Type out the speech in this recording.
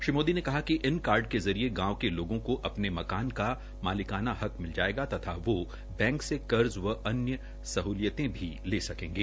श्री मोदी ने कहा कि इन कार्ड के जरिये गांव के लोगों को अपने मकान का मालिकाना हक मिल जायेगा तथा वो बैंक से कर्ज व अन्य सहलियतें भी ले सकेंगे